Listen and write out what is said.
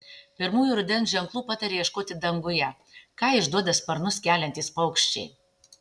pirmųjų rudens ženklų pataria ieškoti danguje ką išduoda sparnus keliantys paukščiai